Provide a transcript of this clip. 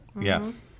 Yes